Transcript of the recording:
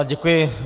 Děkuji.